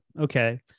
Okay